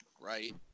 right